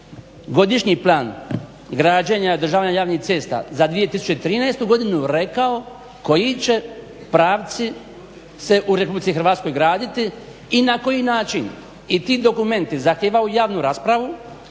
godišnji plan građenja i održavanja javnih cesta za 2013.rekao koji će pravci se u RH graditi i na koji način. I ti dokumenti zahtijevaju javnu raspravu